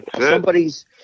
somebody's